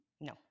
No